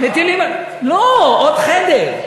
מטילים, לא עוד דירה.